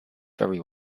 very